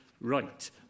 right